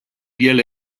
piel